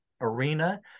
arena